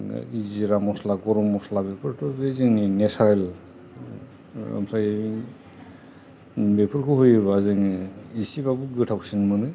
जिरा मस्ला गरम मस्ला बेफोरथ' बे जोंनि नेसारेल ओमफ्राय बेफोरखौ होयोबा जोङो एसेबाबो गोथावसिन मोनो